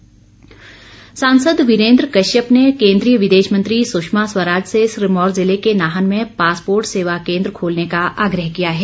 वीरेंद्र कश्यप सांसद वीरेंद्र कश्यप ने केन्द्रीय विदेश मंत्री सुषमा स्वराज से सिरमौर जिले के नाहन में पासपोर्ट सेवा केन्द्र खोलने का आग्रह किया है